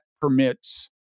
permits